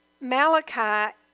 Malachi